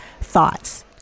thoughts